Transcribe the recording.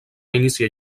iniciar